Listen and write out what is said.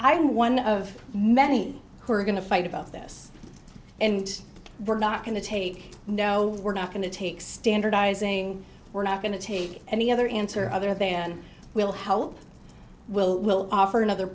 am one of many who are going to fight about this and we're not going to take no we're not going to take standardizing we're not going to take any other answer other then we'll help we'll we'll offer another